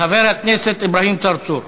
חבר הכנסת אברהים צרצור.